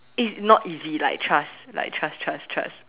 it's not easy like trust like trust trust trust